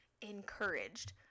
encouraged